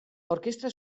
orkestra